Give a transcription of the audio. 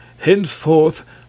henceforth